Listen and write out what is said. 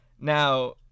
Now